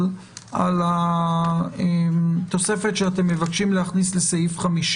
על התוספת שאתם מבקשים להכניס לסעיף 2